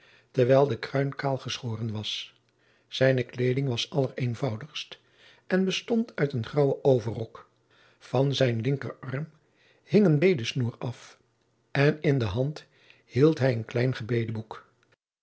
terwijl de kruin kaal geschoren was zijne kleeding was allereenvoudigst en bestond uit een graauwen overrok van zijn linkerarm hing een bedesnoer af en in de hand hield hij een klein gebedenboek